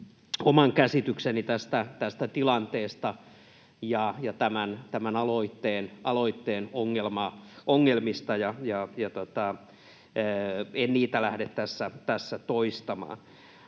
oman käsitykseni tästä tilanteesta ja tämän aloitteen ongelmista, ja en niitä lähde tässä toistamaan.